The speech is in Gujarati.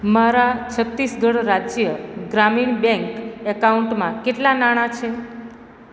મારા છત્તીસગઢ રાજ્ય ગ્રામીણ બેંક બેંક એકાઉન્ટમાં કેટલાં નાણા છે